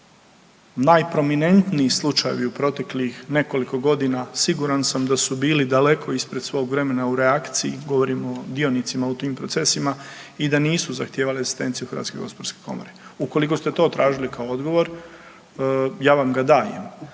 najprominentniji slučajevi u proteklih nekoliko godina siguran da su bili daleko ispred svog vremena u reakciji, govorim o dionicima u tim procesima i da nisu zahtjeva asistenciju HGK. Ukoliko ste to tražili kao odgovor ja vam ga dajem.